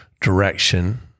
direction